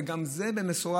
וגם זה במשורה,